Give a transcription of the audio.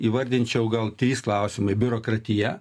įvardinčiau gal trys klausimai biurokratija